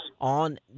on